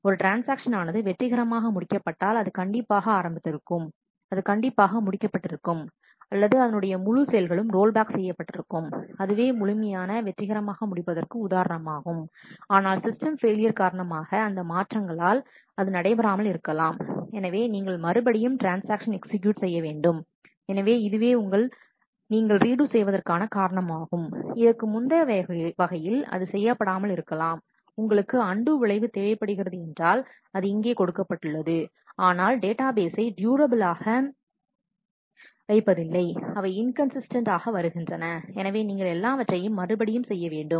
ஒரு ட்ரான்ஸ்ஆக்ஷன் ஆனது வெற்றிகரமாக முடிக்க பட்டால் அது கண்டிப்பாக ஆரம்பித்திருக்கும் அது கண்டிப்பாக முடிக்கப்பட்டிருக்கும் அல்லது அதனுடைய முழு செயல்களும் ரோல்பேக் செய்யப்பட்டிருக்கும் அதுவே முழுமையான வெற்றிகரமாக முடிப்பதற்கு உதாரணம் ஆனால் சிஸ்டம் பெயிலியர் காரணமாக அந்த மாற்றங்களால் அது நடைபெறாமல் இருக்க லாம் எனவே நீங்கள் மறுபடியும் ட்ரான்ஸ்ஆக்ஷன் எக்ஸிக்யூட் செய்ய வேண்டும் எனவே இதுவே நீங்கள் ரீடு செய்வதற் கான காரணமாகும் இதற்கு முந்தைய வகையில் அது செய்யப்படாமல் இருக்கலாம் உங்களுக்கு அண்டு விளைவு தேவைப்படுகிறது என்றால் அது இங்கே கொடுக்கப்பட்டுள்ளது ஆனால் அவை டேட்டா பேசை டியூரபிலாக வைப்பதில்லை அவை இன்கன்சிஸ்டன்ட் ஆகவருகின்றன எனவே நீங்கள் எல்லாவற்றையும் மறுபடியும் செய்ய வேண்டும்